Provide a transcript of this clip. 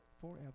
forever